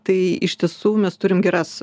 tai iš tiesų mes turim geras